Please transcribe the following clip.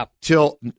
till